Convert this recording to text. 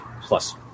plus